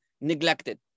neglected